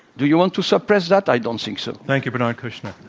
do you want to suppress that? i don't think so. thank you, bernard kouchner.